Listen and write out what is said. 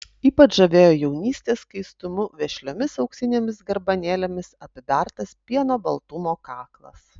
ypač žavėjo jaunystės skaistumu vešliomis auksinėmis garbanėlėmis apibertas pieno baltumo kaklas